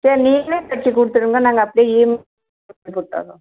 சேரி நீங்களே தைச்சி கொடுத்துருங்க நாங்கள் அப்டியே கொடுத்தர்றோம்